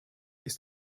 ist